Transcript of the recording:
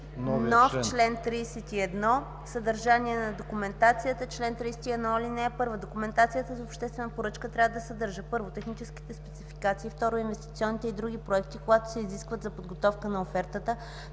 нов чл. 31: „Съдържание на документацията Чл. 31. (1) Документацията за обществена поръчка трябва да съдържа: 1. техническите спецификации; 2. инвестиционните и други проекти, когато се изискват за подготовката на офертата;